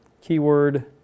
Keyword